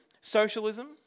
socialism